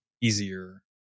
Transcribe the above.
easier